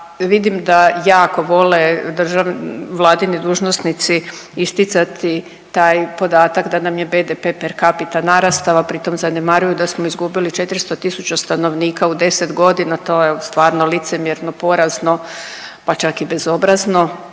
vidim da jako vole vladini dužnosnici isticati taj podatak da nam je BDP per capita narastao, a pri tom zanemaruju da smo izgubili 400 tisuća stanovnika u 10.g., to je stvarno licemjerno, porazno, pa čak i bezobrazno.